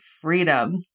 freedom